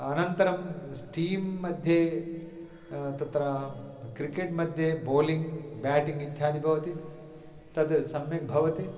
अनन्तरं टीम्मध्ये तत्र क्रिकेट्मध्ये बोलिङ्ग् ब्याटिङ्ग् इत्यादि भवति तद् सम्यक् भवति